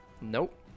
Nope